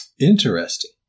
Interesting